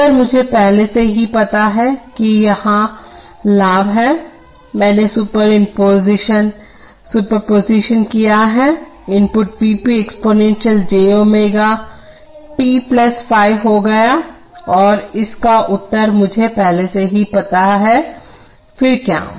उत्तर मुझे पहले से ही पता है कि यहां लाभ है मैंने सुपरपोजीशन किया input V p exponential j ω tϕ हो गया और इसका उत्तर मुझे पहले से ही पता है फिर क्या